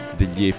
degli